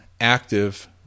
active